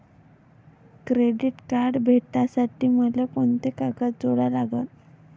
Credit card भेटासाठी मले कोंते कागद जोडा लागन?